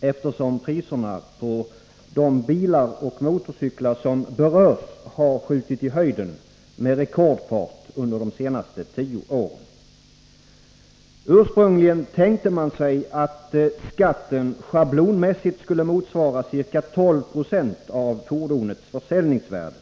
eftersom priserna på de bilar och motorcyklar som berörs har skjutit i höjden med rekordfart under de senaste tio åren. Ursprungligen tänkte man sig att skatten schablonmässigt skulle motsvara ca 12 90 av fordonets försäljningsvärde.